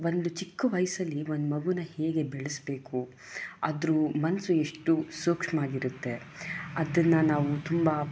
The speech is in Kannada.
ಒಂದು ಚಿಕ್ಕ ವಯಸಲ್ಲಿ ಒಂದು ಮಗುನ ಹೇಗೆ ಬೆಳೆಸಬೇಕು ಅದ್ರ ಮನಸು ಎಷ್ಟು ಸೂಕ್ಷ್ಮ ಆಗಿರುತ್ತೆ ಅದನ್ನ ನಾವು ತುಂಬ